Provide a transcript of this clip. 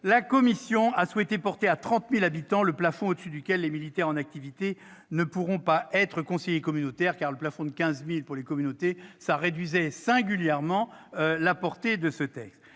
la commission a souhaité porter à 30 000 habitants le plafond au-dessus duquel les militaires en activité ne pourront pas être conseillers communautaires. En effet, le plafond de 15 000 habitants réduisait singulièrement la portée de ce texte.